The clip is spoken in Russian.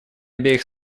обеих